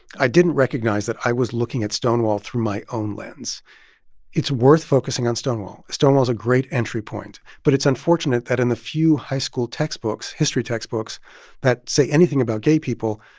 i didn't recognize that i was looking at stonewall through my own lens it's worth focusing on stonewall. stonewall is a great entry point, but it's unfortunate that in the few high school textbooks history textbooks that say anything about gay people,